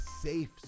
safe